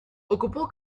ocupó